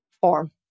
form